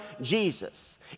Jesus